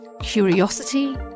curiosity